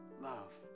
love